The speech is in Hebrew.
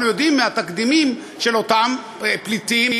אנחנו יודעים מהתקדימים של אותם פליטים,